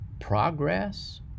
progress